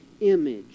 image